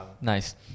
nice